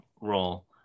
role